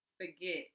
forget